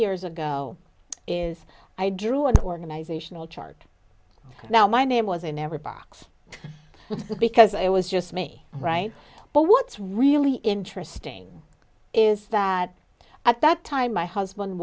years ago is i drew an organizational chart now my name was in every box because it was just me right but what's really interesting is that at that time my husband